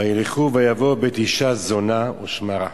וילכו ויבֹאו בית אשה זונה ושמה רחב".